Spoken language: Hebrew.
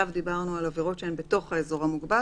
קודם דיברנו על עברות שהן בתוך האזור המוגבל,